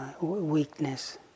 weakness